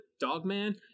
Dogman